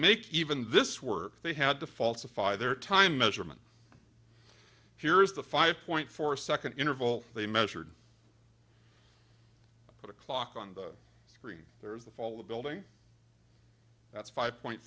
make even this work they had to falsify their time measurement here's the five point four second interval they measured at a clock on the screen there is the fall of building that's five point